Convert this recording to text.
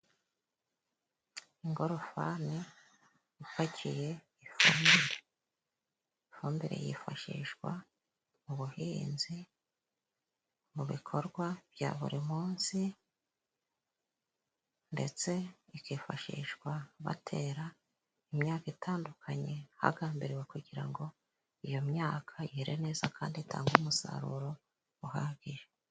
Ingorofani ipakiye ifumbire. Ifumbire yifashishwa mu buhinzi mu bikorwa bya buri munsi, ndetse ikifashishwa batera imyaka itandukanye, hagambiriwe kugira ngo iyo myaka yere neza kandi itange umusaruro uhagije.